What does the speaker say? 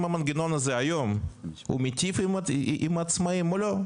המנגנון הזה מיטיב עם עצמאים או לא,